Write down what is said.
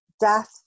death